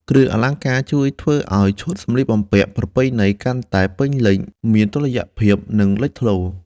គ្រឿងអលង្ការជួយធ្វើឱ្យឈុតសម្លៀកបំពាក់ប្រពៃណីកាន់តែពេញលេញ មានតុល្យភាព និងលេចធ្លោ។